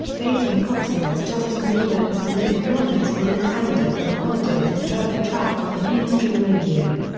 dating pop singers justin bieber and selena gomez were in canada for the holidays and heard the track on the mainstream radio.